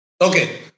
Okay